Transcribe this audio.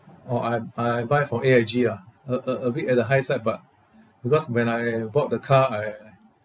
orh I'm I buy from A_I_G ah a a a bit at the high side but because when I bought the car I